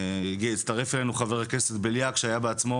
הצטרף אלינו חבר הכנסת בליאק שהיה בעצמו